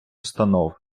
установ